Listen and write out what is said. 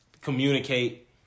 communicate